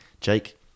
Jake